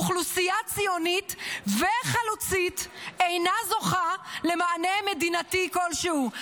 אוכלוסייה ציונית וחלוצית אינה זוכה למענה מדינתי כלשהו.